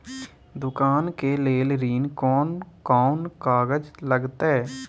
दुकान के लेल ऋण कोन कौन कागज लगतै?